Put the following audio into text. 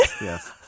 Yes